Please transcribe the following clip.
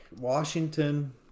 Washington